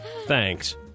Thanks